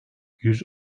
yüz